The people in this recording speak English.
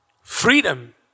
Freedom